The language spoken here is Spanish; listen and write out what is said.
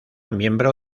miembro